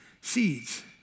seeds